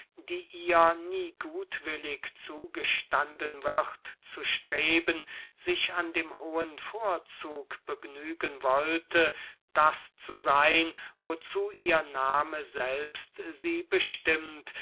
die ihr nie gutwillig zugestanden wird zu streben sich an dem hohen vorzug begnügen wollte das zu seyn wozu ihr nahme selbst sie bestimmt